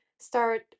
Start